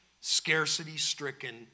scarcity-stricken